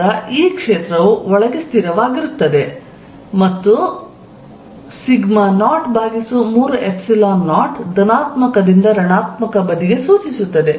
ನಂತರ E ಕ್ಷೇತ್ರವು ಒಳಗೆ ಸ್ಥಿರವಾಗಿರುತ್ತದೆ ಮತ್ತು 030 ಧನಾತ್ಮಕದಿಂದ ಋಣಾತ್ಮಕ ಬದಿಗೆ ಸೂಚಿಸುತ್ತದೆ